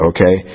Okay